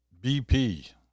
BP